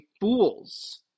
fools